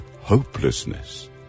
hopelessness